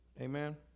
Amen